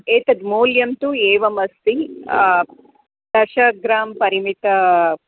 एतद् मूल्यं तु एवमस्ति दशग्रां परिमितं